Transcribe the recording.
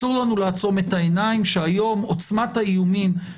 אסור לנו לעצום את העיניים שהיום עוצמת האיומים,